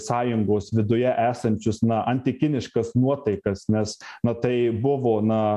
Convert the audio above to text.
sąjungos viduje esančius na antikiniškas nuotaikas nes na tai buvo na